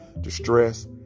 distress